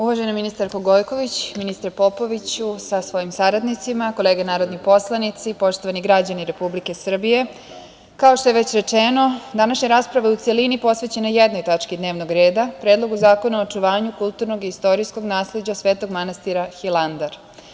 Uvažena ministarko Gojković, ministre Popoviću sa svojim saradnicima, kolege narodni poslanici, poštovani građani Republike Srbije, kao što je već rečeno, današnja rasprava je u celini posvećena jednoj tački dnevnog reda – Predlogu zakona o očuvanju kulturnog i istorijskog nasleđa svetog manastira Hilandar.